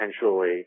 potentially